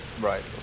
Right